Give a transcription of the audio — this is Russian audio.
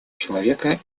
человека